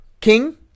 king